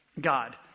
God